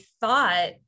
thought